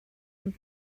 ond